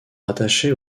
rattachés